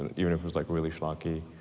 and even it it was like really schlucky.